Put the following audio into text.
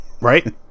Right